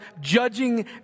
judging